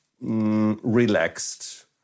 relaxed